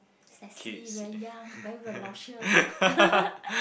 kids